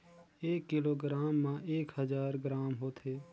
एक किलोग्राम म एक हजार ग्राम होथे